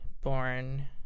born